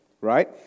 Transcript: right